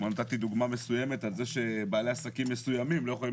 אתמול נתתי דוגמה מסוימת על כך שבעלי עסקים מסוימים לא יכולים